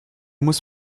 muss